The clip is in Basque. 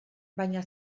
baina